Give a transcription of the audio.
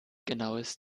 genaues